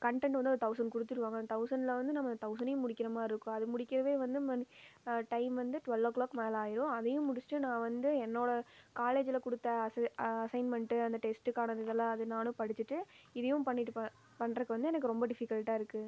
content வந்து ஒரு thousand கொடுத்துருவாங்க அந்த தெளசனில் வந்து நம்ம தெளசனையும் முடிக்கிற மாதிரி இருக்கும் அது முடிக்கவே வந்து மணி டைம் வந்து டொல் ஓ க்ளாக் மேலே ஆகிடும் அதையும் முடிச்சிட்டு நான் வந்து என்னோட காலேஜில் கொடுத்த அஸ்ஸைன்மெண்ட்டு அந்த டெஸ்டுக்கானது இதெல்லாம் அது நானும் படிச்சுட்டு இதையும் பண்ணிவிட்டு பண்ணுறதுக்கு வந்து எனக்கு ரொம்ப டிஃபிகல்ட்டாக இருக்குது